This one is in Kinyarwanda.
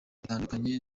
bitandukanye